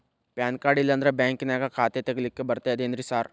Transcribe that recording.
PAN card ಇಲ್ಲಂದ್ರ ಬ್ಯಾಂಕಿನ್ಯಾಗ ಖಾತೆ ತೆಗೆಲಿಕ್ಕಿ ಬರ್ತಾದೇನ್ರಿ ಸಾರ್?